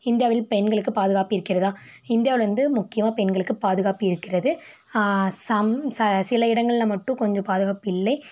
இந்தியாவில் பெண்களுக்கு பாதுகாப்பு இருக்கிறதா இந்தியாவில் வந்து முக்கியமாக பெண்களுக்கு பாதுகாப்பு இருக்கிறது சம் சில இடங்களில் மட்டும் கொஞ்சம் பாதுகாப்பு இல்லை